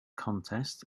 contest